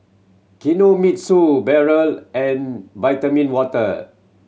Kinomitsu Barrel and Vitamin Water